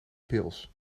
pils